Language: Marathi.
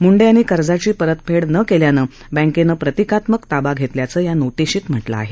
मुंडे यांनी कर्जाची परतफेड न केल्यानं बँकेनं प्रतिकात्मक ताबा घेतल्याचं या नोटीशीत म्हटलं आहे